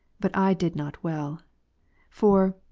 but i did not well for,